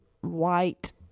white